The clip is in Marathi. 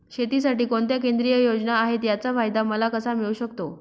शेतीसाठी कोणत्या केंद्रिय योजना आहेत, त्याचा फायदा मला कसा मिळू शकतो?